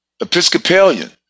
Episcopalian